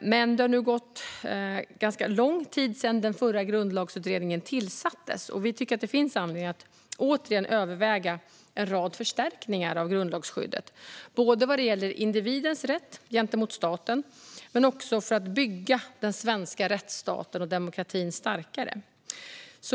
Men det har nu gått ganska lång tid sedan den utredningen tillsattes, och vi tycker att det finns anledning att återigen överväga en rad förstärkningar av grundlagsskyddet, både vad gäller individens rätt gentemot staten och för att bygga den svenska rättsstaten och demokratin starkare.